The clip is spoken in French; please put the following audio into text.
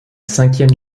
cinquième